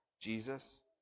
Jesus